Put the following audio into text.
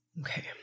Okay